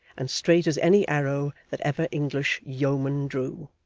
and straight as any arrow that ever english yeoman drew.